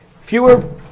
fewer